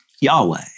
Yahweh